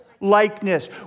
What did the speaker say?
Likeness